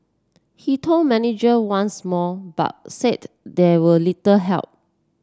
he told manager once more but said they were little help